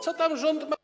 Co tam rząd ma.